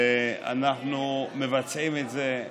אנחנו מבצעים את זה,